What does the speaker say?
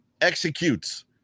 executes